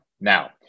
now